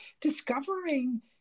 discovering